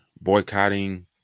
boycotting